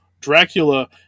Dracula